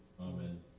Amen